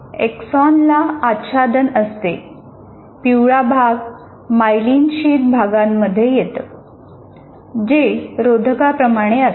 एक्सॉनला आच्छादन असते जे रोधकाप्रमाणे असते